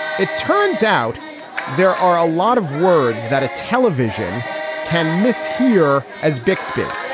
it turns out there are a lot of words that a television can mishear as bixby.